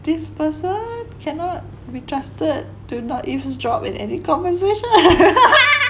this person cannot be trusted to not eavesdrop in any conversation